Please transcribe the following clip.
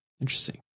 Interesting